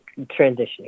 transitioning